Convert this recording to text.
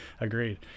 Agreed